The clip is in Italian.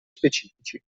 specifici